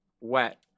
Wet